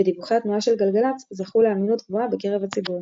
ודיווחי התנועה של גלגלצ זכו לאמינות גבוהה בקרב הציבור.